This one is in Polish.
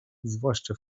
zwłaszcza